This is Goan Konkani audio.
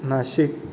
नाशिक